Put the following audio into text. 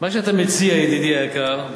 מה שאתה מציע, ידידי היקר,